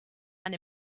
and